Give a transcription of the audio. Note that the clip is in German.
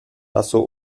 lasso